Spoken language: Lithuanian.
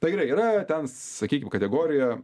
tai gerai yra ten sakykim kategorija